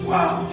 Wow